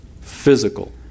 physical